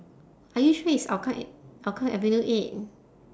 are you sure it's hougang e~ hougang avenue eight